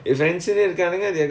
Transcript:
ya